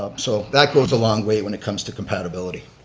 um so that goes a long way when it comes to compatibility.